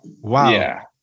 wow